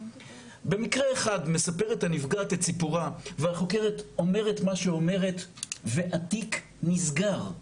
במקרה אחד מספרת הנפגעת את סיפורה והחוקרת אומרת מה שאומרת והתיק נסגר.